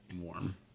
warm